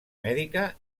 mèdica